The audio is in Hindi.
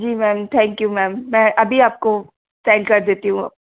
ji ma'am thank you ma'am मैं अभी आपको सैंड कर देती हूँ